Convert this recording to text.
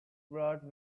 brought